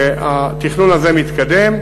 והתכנון הזה מתקדם.